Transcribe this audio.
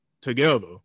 together